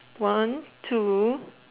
one two